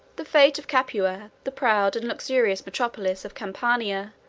the fate of capua, the proud and luxurious metropolis of campania,